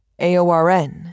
AORN